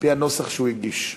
על-פי הנוסח שהוא הגיש.